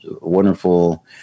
wonderful